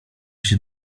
się